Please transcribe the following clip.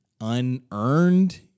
unearned